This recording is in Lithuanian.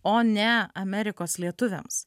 o ne amerikos lietuviams